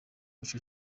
ico